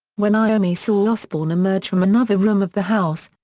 when iommi saw osbourne emerge from another room of the house,